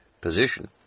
position